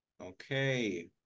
Okay